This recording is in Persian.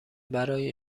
برای